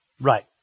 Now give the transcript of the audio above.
right